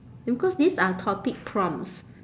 because these are topic prompts